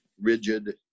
rigid